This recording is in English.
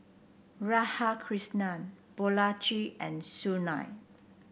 Radhakrishnan Balaji and Sunil